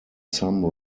some